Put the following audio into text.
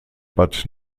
bad